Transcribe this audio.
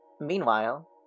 Meanwhile